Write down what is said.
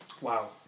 Wow